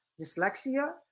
dyslexia